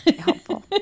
helpful